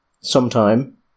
sometime